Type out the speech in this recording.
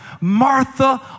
Martha